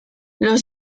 los